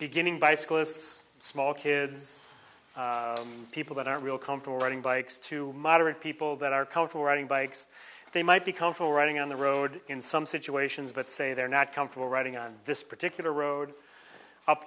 beginning bicyclists small kids and people that are real comfort riding bikes to moderate people that are colorful riding bikes they might become full running on the road in some situations but say they're not comfortable riding on this particular road up